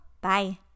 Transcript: Bye